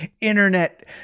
internet